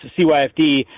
CYFD